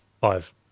five